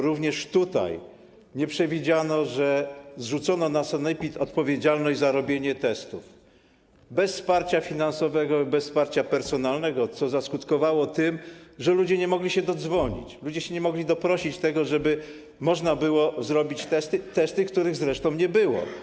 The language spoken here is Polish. Również tutaj nie przewidziano bowiem, że zrzucono na sanepid odpowiedzialność za robienie testów bez wsparcia finansowego, wsparcia personalnego, co skutkowało tym, że ludzie nie mogli się dodzwonić, nie mogli doprosić się tego, żeby można było zrobić testy, których zresztą nie było.